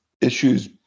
issues